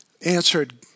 answered